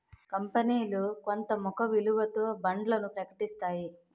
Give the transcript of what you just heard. కంపనీలు కొంత ముఖ విలువతో బాండ్లను ప్రకటిస్తాయి